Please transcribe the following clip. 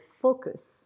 focus